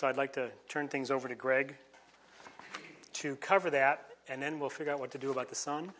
so i'd like to turn things over to greg to cover that and then we'll figure out what to do about the s